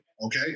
Okay